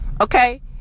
okay